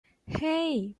hey